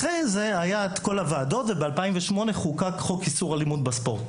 אחרי זה היו כל הוועדות וב-2008 חוקק חוק איסור אלימות בספורט.